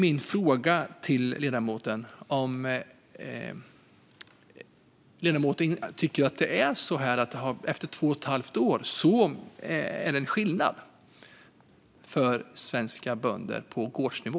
Min fråga är om ledamoten tycker att det efter två och ett halvt år har blivit någon skillnad på gårdsnivå för svenska bönder.